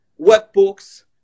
workbooks